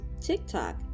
TikTok